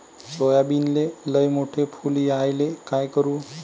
सोयाबीनले लयमोठे फुल यायले काय करू?